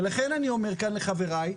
לכן אני אומר כאן לחבריי,